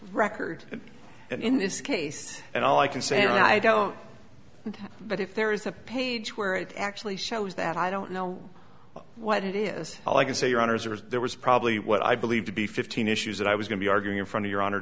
record in this case and all i can say i don't know but if there is a page where it actually shows that i don't know what it is all i can say your honour's are there was probably what i believed to be fifteen issues that i was going to be arguing in front of your honor